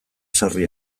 sarri